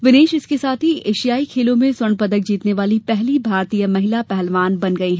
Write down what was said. विनेश इसके साथ ही एशिया ई खेलों में स्वर्ण पदक जीतने वाली पहली भारतीय महिला पहलवान बन गयीं